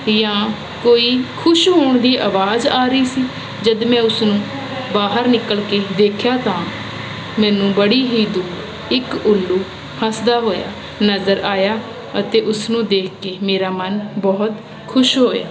ਜਾਂ ਕੋਈ ਖੁਸ਼ ਹੋਣ ਦੀ ਆਵਾਜ਼ ਆ ਰਹੀ ਸੀ ਜਦ ਮੈਂ ਉਸ ਨੂੰ ਬਾਹਰ ਨਿਕਲ ਕੇ ਦੇਖਿਆ ਤਾਂ ਮੈਨੂੰ ਬੜੀ ਹੀ ਦੂਰ ਇੱਕ ਉੱਲੂ ਹੱਸਦਾ ਹੋਇਆ ਨਜ਼ਰ ਆਇਆ ਅਤੇ ਉਸਨੂੰ ਦੇਖ ਕੇ ਮੇਰਾ ਮਨ ਬਹੁਤ ਖੁਸ਼ ਹੋਇਆ